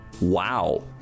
wow